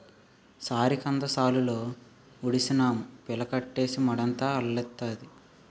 సారికంద సాలులో ఉడిసినాము పిలకలెట్టీసి మడంతా అల్లెత్తాది